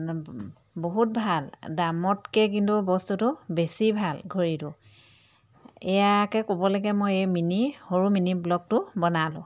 বহুত ভাল দামতকৈ কিন্তু বস্তুটো বেছি ভাল ঘড়ীটো এয়াকে ক'ব লাগে মই এই মিনি সৰু মিনি ব্লগটো বনালোঁ